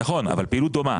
נכון, אבל פעילות דומה.